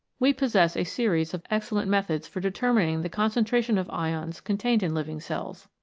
we possess a series of excellent methods for deter mining the concentration of ions contained in living cells.